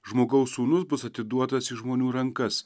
žmogaus sūnus bus atiduotas į žmonių rankas